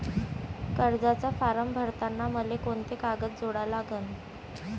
कर्जाचा फारम भरताना मले कोंते कागद जोडा लागन?